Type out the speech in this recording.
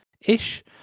ish